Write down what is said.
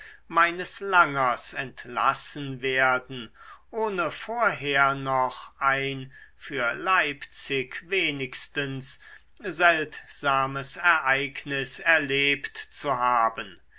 meines langers entlassen werden ohne vorher noch ein für leipzig wenigstens seltsames ereignis erlebt zu haben